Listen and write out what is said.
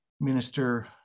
minister